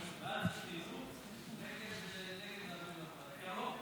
לוועדת החינוך, התרבות והספורט